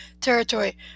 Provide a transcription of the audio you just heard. territory